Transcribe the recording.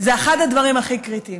זה אחד הדברים הכי קריטיים.